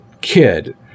kid